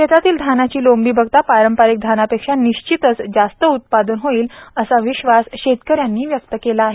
शेतातील धानाचे लोंबी बघता पारंपरिक धानापेक्षा निश्चितच जास्त उत्पादन होईल असा विश्वास शेतकऱ्यांनी व्यक्त केला आहे